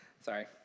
Sorry